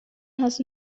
has